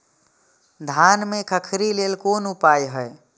धान में खखरी लेल कोन उपाय हय?